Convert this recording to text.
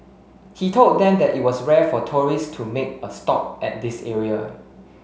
he told them that it was rare for tourists to make a stop at this area